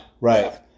Right